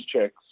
checks